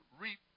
reap